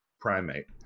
primate